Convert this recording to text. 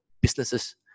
businesses